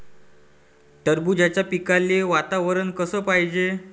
टरबूजाच्या पिकाले वातावरन कस पायजे?